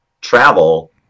travel